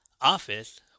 office